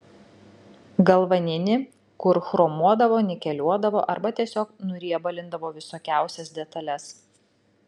galvaninį kur chromuodavo nikeliuodavo arba tiesiog nuriebalindavo visokiausias detales